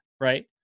Right